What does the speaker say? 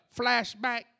flashback